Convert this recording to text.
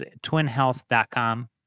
TwinHealth.com